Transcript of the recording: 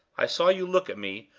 i saw you look at me,